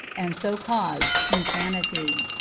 and so cause insanity.